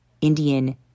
Indian